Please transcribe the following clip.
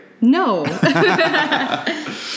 No